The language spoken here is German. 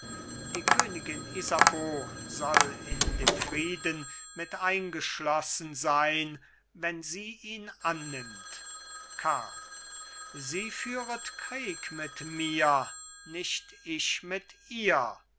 die königin isabeau soll in dem frieden mit eingeschlossen sein wenn sie ihn annimmt karl sie führet krieg mit mir nicht ich mit ihr